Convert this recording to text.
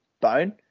bone